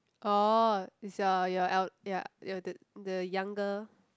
orh it's your your el~ your el~ th~ the younger